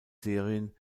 serien